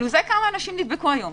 זה כמה אנשים נדבקו היום.